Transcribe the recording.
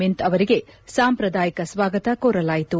ಮಿಂತ್ ಅವರಿಗೆ ಸಾಂಪ್ರದಾಯಿಕ ಸ್ನಾಗತ ಕೋರಲಾಯಿತು